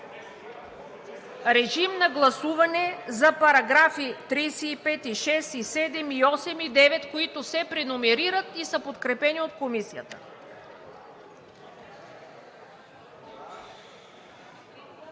Режим на гласуване за параграфи 35, 36, 37, 38 и 39, които се преномерират, и са подкрепени от Комисията.